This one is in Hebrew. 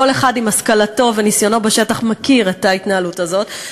כל אחד עם השכלתו וניסיונו בשטח מכיר את ההתנהלות הזאת,